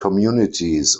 communities